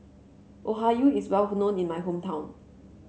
okayu is well known in my hometown